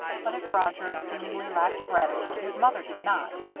but if roger seemingly lacked gratitude, his mother did not.